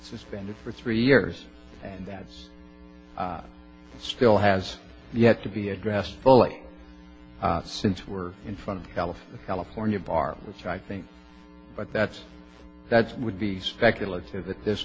suspended for three years and that's still has yet to be addressed fully since we're in front of caliph the california bar which i think but that's that's would be speculative at this